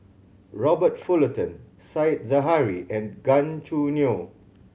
Robert Fullerton Said Zahari and Gan Choo Neo